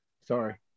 Sorry